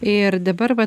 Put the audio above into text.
ir dabar vat